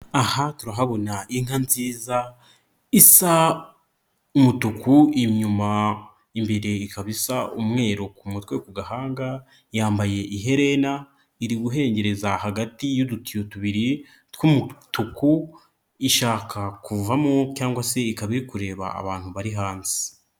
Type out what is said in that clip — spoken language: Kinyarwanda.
Aha turahabona inka nziza isa umutuku inyuma, imbere ikaba isa umweru ku mutwe ku gahanga yambaye iherena, iri guhengereza hagati y'udutiyo tubiri tw'umutuku, ishaka kuvamo cyangwa se ikaba iri kureba abantu bari hanze.